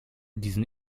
diesen